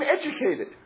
educated